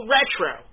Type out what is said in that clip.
Retro